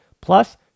Plus